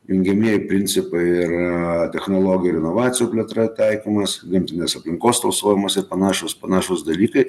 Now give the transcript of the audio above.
jungiamieji principai yra technologijų ir inovacijų plėtra taikymas gamtinės aplinkos tausojimas ir panašūs panašūs dalykai